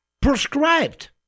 Prescribed